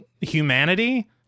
humanity